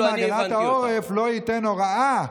למה הגנת העורף לא תיתן הוראה,